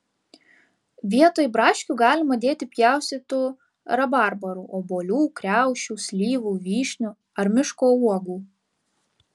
vietoj braškių galima dėti pjaustytų rabarbarų obuolių kriaušių slyvų vyšnių ar miško uogų